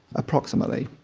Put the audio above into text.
approximately.